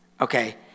Okay